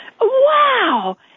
Wow